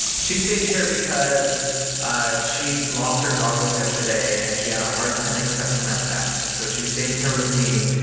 she stayed here because she lost her goggles yesterday, and she had a hard time accepting that fact. so, she stayed here with me,